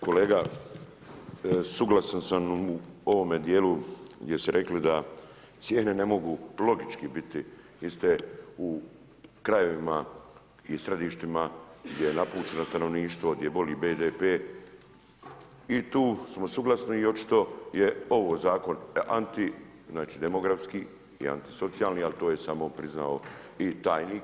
Kolega, suglasan sam u ovome dijelu gdje ste rekli da cijene ne mogu logički biti iste u krajevima i središtima gdje je napućeno stanovništvo, gdje je bolji BDP i tu smo suglasni i očito je ovo zakon anti, znači, demografski i antisocijalni, ali to je samo priznao i tajnik.